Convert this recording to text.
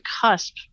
cusp